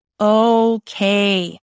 okay